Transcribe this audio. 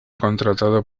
contratado